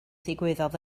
ddigwyddodd